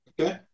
Okay